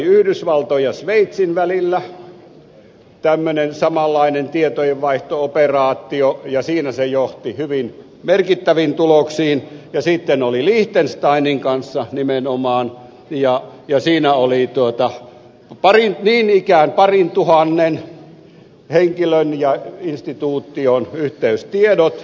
yhdysvaltojen ja sveitsin välillä oli tämmöinen samanlainen tietojenvaihto operaatio ja siinä se johti hyvin merkittäviin tuloksiin sitten oli sellainen nimenomaan liechtensteinin kanssa ja siinä oli niin ikään parintuhannen henkilön ja instituution yhteystiedot